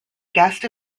guest